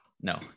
No